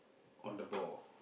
on the ball